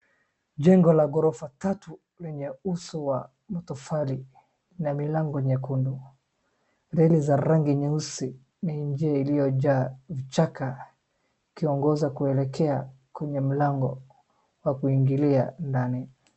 Jengo la gorofa tatu lenye uso wa matofali na milango nyekundu. Leri za rangi nyeusi ni njia iliyojaa vichaka ikiongoza kuelekea kwenye mlango wa kuingilia ndani.